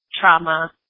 trauma